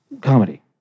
comedy